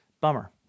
bummer